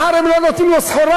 מחר הם לא נותנים לו סחורה.